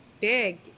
big